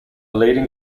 leading